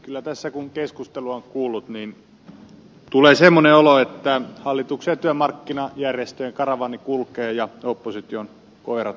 kyllä tässä kun keskustelua on kuunnellut tulee semmoinen olo että hallituksen ja työmarkkinajärjestöjen karavaani kulkee ja opposition koirat haukkuvat